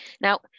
Now